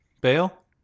Bail